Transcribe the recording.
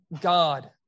God